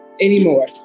anymore